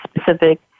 specific